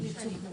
אורלי.